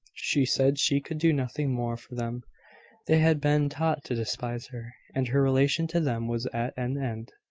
she said she could do nothing more for them they had been taught to despise her, and her relation to them was at an end.